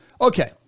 Okay